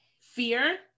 fear